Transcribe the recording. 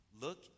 Look